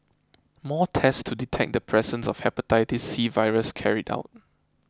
more tests to detect the presence of Hepatitis C virus carried out